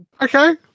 Okay